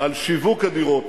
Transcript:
על שיווק הדירות,